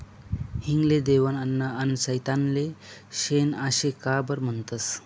हिंग ले देवनं अन्न आनी सैताननं शेन आशे का बरं म्हनतंस?